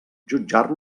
jutjar